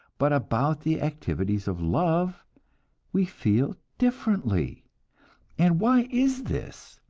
but about the activities of love we feel differently and why is this?